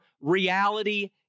reality